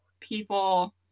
people